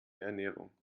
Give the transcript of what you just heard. ernährung